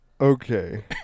Okay